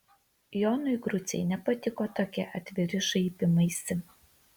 jonui grucei nepatiko tokie atviri šaipymaisi